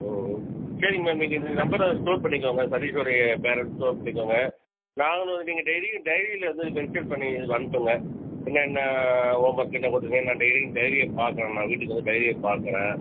ஓ ஓ சரிங்க மேம் நீங்கள் இந்த நம்பரை ஸ்டோர் பண்ணிக்கோங்க சதிஷ்ஷோடைய பேரண்ட்ஸ்னு ஸ்டோர் பண்ணிக்கோங்க நாங்களும் நீங்கள் டெய்லியும் டைரியில வந்து மென்ஷன் பண்ணி இதில் அனுப்புங்கள் என்னென்ன ஹோம் ஒர்க்கு என்ன போட்டுருக்கு நான் டெய்லியும் டைரியை பார்க்கறேன் நான் வீட்டுக்கு வந்து டைரியை பார்க்கறேன்